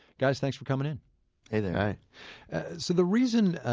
guys, thanks for coming in hey there so the reason